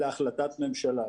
להחלטת ממשלה.